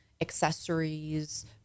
accessories